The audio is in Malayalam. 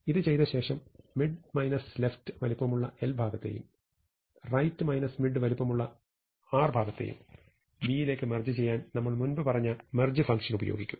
ഇത് ചെയ്തശേഷം mid left വലുപ്പമുള്ള l ഭാഗത്തെയും right mid വലുപ്പമുള്ള r ഭാഗത്തെയും B യിലേക്ക് മെർജ് ചെയ്യാൻ നമ്മൾ മുൻപ് പറഞ്ഞ മെർജ് ഫങ്ഷൻ ഉപയോഗിക്കും